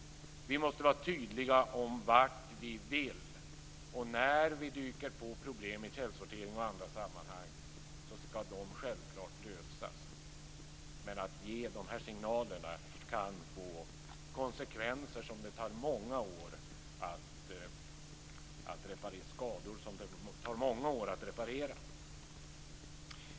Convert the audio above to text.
Vi måste vara tydliga om vad vi vill. När vi stöter på problem med källsortering och i andra sammanhang skall de självklart lösas. Men att ge de här signalerna kan få konsekvenser, skador, som det tar många år att reparera.